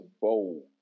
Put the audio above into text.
bold